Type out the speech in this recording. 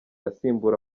asimbura